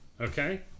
okay